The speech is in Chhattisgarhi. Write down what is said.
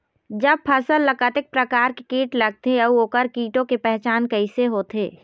जब फसल ला कतेक प्रकार के कीट लगथे अऊ ओकर कीटों के पहचान कैसे होथे?